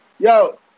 Yo